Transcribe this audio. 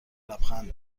لبخند